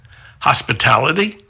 Hospitality